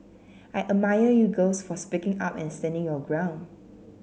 I admire you girls for speaking up and standing your ground